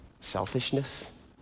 selfishness